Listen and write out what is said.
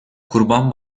kurban